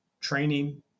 training